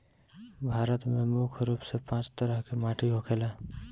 भारत में मुख्य रूप से पांच तरह के माटी होखेला